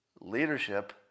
leadership